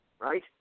right